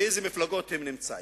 באילו מפלגות הם נמצאים.